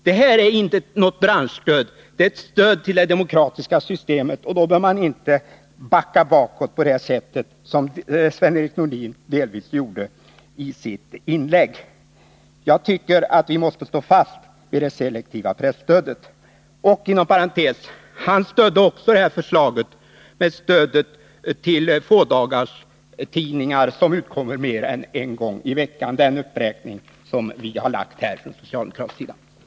Det är inte fråga om något branschstöd utan om ett stöd till det demokratiska systemet, och då bör man inte backa på det sätt som Sven-Erik Nordin delvis gjorde i sitt inlägg. Jag tycker att vi måste stå fast vid det selektiva presstödet. Och inom parentes: I dagspresskommittén stödde Sven-Erik Nordin också förslaget om veckan, samma förslag som vi nu för fram från socialdemokratisk sida. Torsdagen den